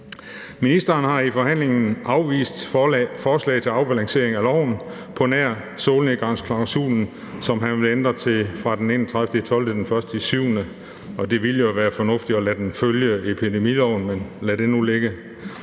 Ministeren har i forhandlingen afvist forslag til afbalancering af loven på nær solnedgangsklausulen, som han vil ændre fra den 31. december til den 1. juli. Det ville jo være fornuftigt at lade den følge epidemiloven, men lad det nu ligge.